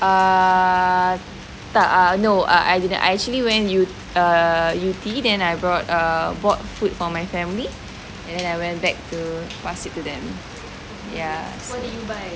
err tak no I didn't I actually went yew tee then I bought err bought food for my family and then I went back to pass it to them yes